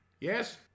Yes